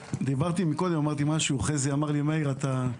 דיברתי קודם וחזי אמר לי שאני חולם.